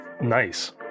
Nice